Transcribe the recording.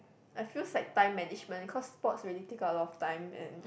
I feels like time management cause sports really take up a lot of time and